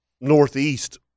northeast